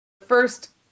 first